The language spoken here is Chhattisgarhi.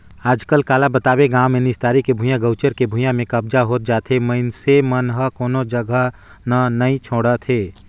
आजकल काला बताबे गाँव मे निस्तारी के भुइयां, गउचर के भुइयां में कब्जा होत जाथे मइनसे मन ह कोनो जघा न नइ छोड़त हे